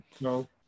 no